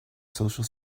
social